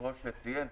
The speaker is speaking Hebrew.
ציין,